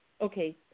Okay